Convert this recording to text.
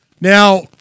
Now